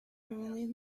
only